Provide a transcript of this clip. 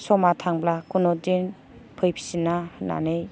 समा थांब्ला कुनु दिन फैफिना होननानै